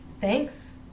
Thanks